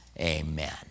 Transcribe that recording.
amen